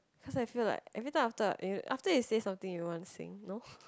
cause I feel like every time after you know after you say something you would want to sing no